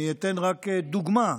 אני אתן רק דוגמה: